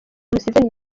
museveni